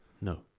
No